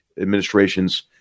administrations